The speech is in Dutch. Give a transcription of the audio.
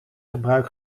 gebruik